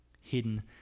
hidden